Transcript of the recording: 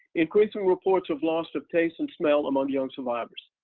increasing reports of lost of taste and smell among young survivors.